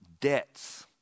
debts